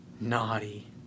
Naughty